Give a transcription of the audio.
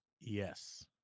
Yes